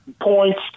points